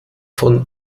von